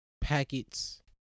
packets